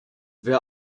wer